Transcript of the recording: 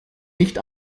nicht